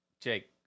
Jake